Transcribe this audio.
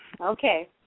Okay